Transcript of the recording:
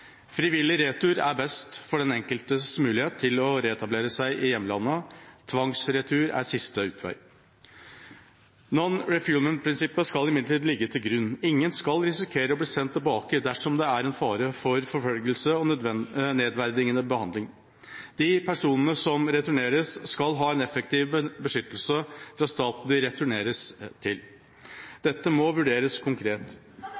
Frivillig retur er best for den enkeltes mulighet til å reetablere seg i hjemlandet. Tvangsretur er siste utvei. Non refoulement-prinsippet skal imidlertid ligge til grunn. Ingen skal risikere å bli sendt tilbake dersom det er en fare for forfølgelse og nedverdigende behandling. De personene som returneres, skal ha en effektiv beskyttelse i staten de returneres til. Dette må vurderes konkret,